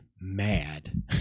mad